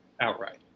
outright